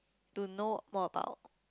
to know more about